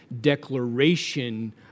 declaration